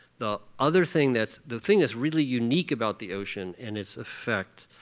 the other thing that's the thing that's really unique about the ocean and its affect